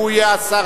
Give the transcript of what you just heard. שהוא יהיה השר